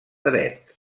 dret